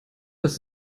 das